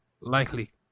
likely